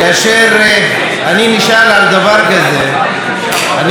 כאשר אני נשאל על דבר כזה אני